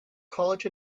college